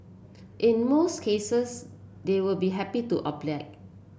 in most cases they will be happy to oblige